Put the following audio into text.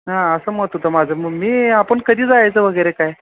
हा असं मत होतं माझं मग मी आपण कधी जायचं वगैरे काय